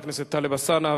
חבר הכנסת טלב אלסאנע,